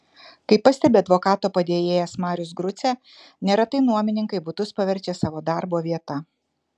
kaip pastebi advokato padėjėjas marius grucė neretai nuomininkai butus paverčia savo darbo vieta